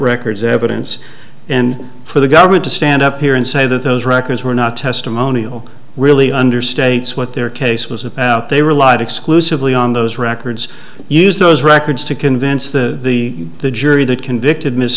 records evidence and for the government to stand up here and say that those records were not testimonial really understates what their case was about they relied exclusively on those records use those records to convince the the the jury that convicted m